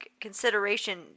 consideration